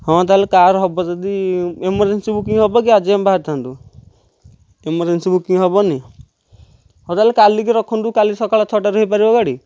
ହଁ ତା'ହେଲେ କାର୍ ହେବ ଯଦି ଏମେର୍ଜେନ୍ସି ବୁକିଂ ହେବ କି ଆଜି ଆମେ ବାହାରି ଥାନ୍ତୁ ଏମେର୍ଜେନ୍ସି ବୁକିଂ ହେବନି ହେଉ ତା'ହେଲେ କାଲି କି ରଖନ୍ତୁ କାଲି ସକାଳ ଛଅଟାରୁ ହୋଇପାରିବ ଗାଡ଼ି